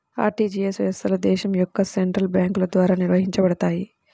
RTGS వ్యవస్థలు దేశం యొక్క సెంట్రల్ బ్యేంకుల ద్వారా నిర్వహించబడతయ్